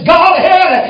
Godhead